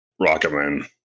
Rocketman